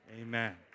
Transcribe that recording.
Amen